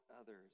others